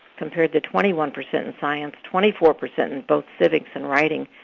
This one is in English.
compared to twenty one percent in science, twenty four percent in both civics and writing,